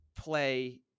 play